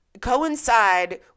coincide